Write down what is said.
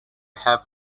have